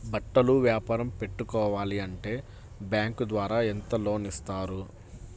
బట్టలు వ్యాపారం పెట్టుకోవాలి అంటే బ్యాంకు ద్వారా ఎంత లోన్ ఇస్తారు?